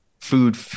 food